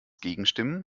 gegenstimmen